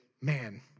Man